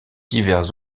divers